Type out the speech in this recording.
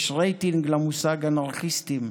יש רייטינג למושג "אנרכיסטים".